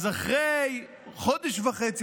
אז אחרי חודש וחצי,